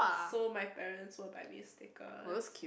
so my parents will buy me stickers